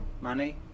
money